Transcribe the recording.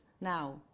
now